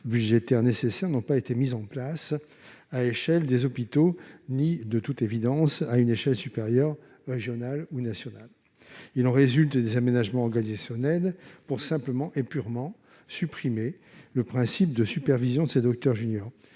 budgétaires nécessaires n'avaient pas été mis en place à l'échelle des hôpitaux ni, de toute évidence, à une échelle supérieure, régionale ou nationale. Il en résulte des aménagements organisationnels pour supprimer purement et simplement le principe de supervision de ces docteurs juniors.